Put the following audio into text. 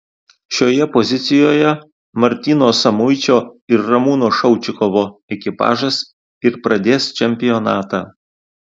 šioje pozicijoje martyno samuičio ir ramūno šaučikovo ekipažas ir pradės čempionatą